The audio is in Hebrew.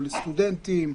או לסטודנטים,